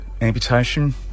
amputation